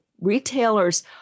retailers